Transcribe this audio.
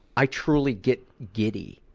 i truly get giddy,